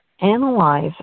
analyze